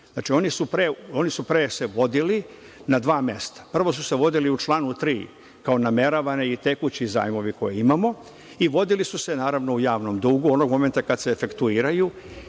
Znači, oni su se pre vodili na dva mesta. Prvo su se vodili u članu 3. kao nameravani i tekući zajmovi koje imamo i vodili su se, naravno, u javnom dugu. Onog momenta kada se efektuiraju